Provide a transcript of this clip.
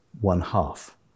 One-half